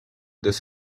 this